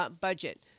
budget